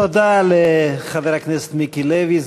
תודה לחבר הכנסת מיקי לוי,